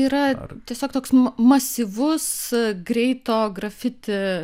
yra tiesiog toks masyvus greito grafiti